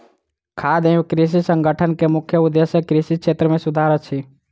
खाद्य एवं कृषि संगठन के मुख्य उदेश्य कृषि क्षेत्र मे सुधार अछि